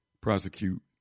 prosecute